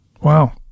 Wow